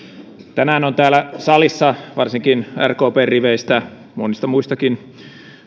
tänään on täällä salissa varsinkin rkpn riveistä monista muistakin